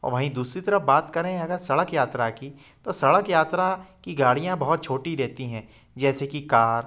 वहीं दूसरी तरफ़ बात करें अगर सड़क यात्रा की तो सड़क यात्रा की गाड़ियाँ बहुत छोटी रहती हैं जैसे कि कार